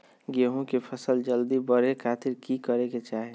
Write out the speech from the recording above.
गेहूं के फसल जल्दी बड़े खातिर की करे के चाही?